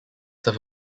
have